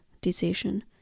decision